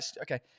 Okay